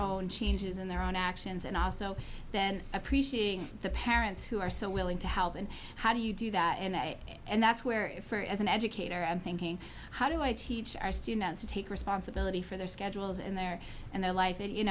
own changes in their own actions and also then appreciating the parents who are so willing to help and how do you do that and that's where it as an educator and thinking how do i teach our students to take responsibility for their schedules and their and their life and you